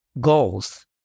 goals